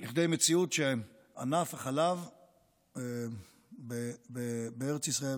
הגענו לכדי מציאות שענף החלב בארץ ישראל,